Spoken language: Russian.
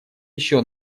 еще